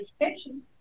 education